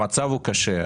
המצב הוא קשה.